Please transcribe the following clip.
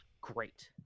great